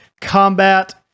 combat